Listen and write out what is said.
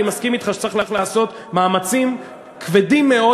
אני מסכים אתך שצריך לעשות מאמצים כבדים מאוד,